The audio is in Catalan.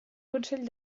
consell